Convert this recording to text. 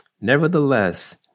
Nevertheless